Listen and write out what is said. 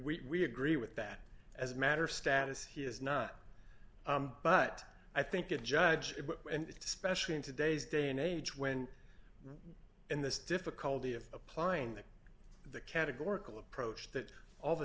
we agree with that as a matter status he is not but i think a judge and it's especially in today's day and age when in this difficulty of applying the categorical approach that all of a